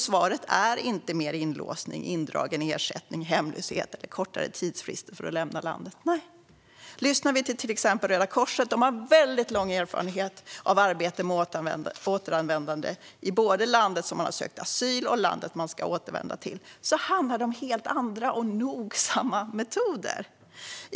Svaret är inte mer inlåsning, indragen ersättning, hemlöshet eller kortare tidsfrister för att lämna landet. Låt oss lyssna på Röda Korset. De har lång erfarenhet av arbete med återvändande. Det gäller både från landet där man har sökt asyl och landet dit man ska återvända. Det handlar om helt andra och noggranna metoder.